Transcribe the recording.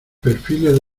perfiles